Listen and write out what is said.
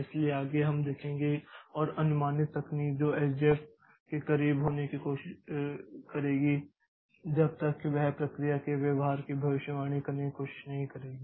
इसलिए आगे हम देखेंगे और अनुमानित तकनीक जो एसजेएफ के करीब होने की कोशिश करेगी जब तक कि वह प्रक्रिया के व्यवहार की भविष्यवाणी करने की कोशिश नहीं करेगी